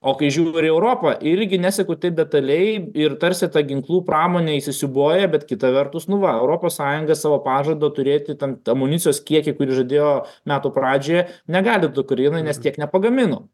o kai žiūri į europą irgi neseku taip detaliai ir tarsi ta ginklų pramonė įsisiūbuoja bet kita vertus nu va europos sąjunga savo pažadą turėti ten amunicijos kiekį kurį žadėjo metų pradžioje negali ukrainai nes tiek nepagamino